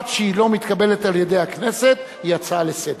עד שהיא לא מתקבלת על-ידי הכנסת היא הצעה לסדר-היום.